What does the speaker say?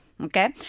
Okay